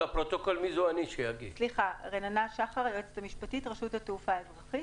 אני היועצת המשפטית של הרשות לתעופה אזרחית.